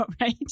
right